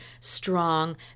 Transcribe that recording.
strong